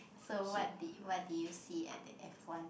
so what did what did you see at the F one